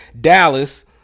Dallas